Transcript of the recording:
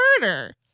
murder